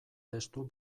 testu